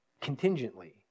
contingently